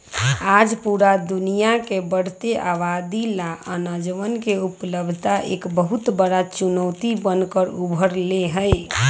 आज पूरा दुनिया के बढ़ते आबादी ला अनजवन के उपलब्धता एक बहुत बड़ा चुनौती बन कर उभर ले है